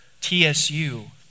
TSU